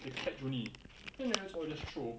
they catch only then the rest all just throw